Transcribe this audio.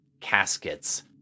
caskets